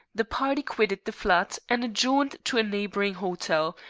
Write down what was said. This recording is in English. the party quitted the flat and adjourned to a neighboring hotel,